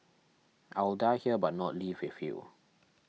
I will die here but not leave with you